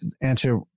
answer